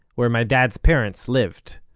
where my dad's parents lived.